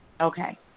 Okay